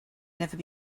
never